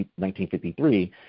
1953